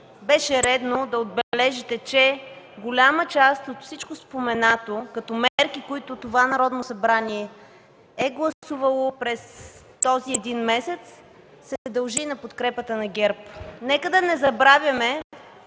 беше редно да отбележите, че голяма част от всичко споменато като мерки, които това Народно събрание е гласувало през този един месец, се дължи на подкрепата на ГЕРБ. Нека да не забравяме,